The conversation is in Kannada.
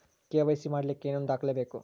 ಕೆ.ವೈ.ಸಿ ಮಾಡಲಿಕ್ಕೆ ಏನೇನು ದಾಖಲೆಬೇಕು?